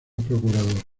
procurador